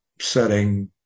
setting